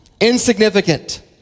insignificant